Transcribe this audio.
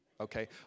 okay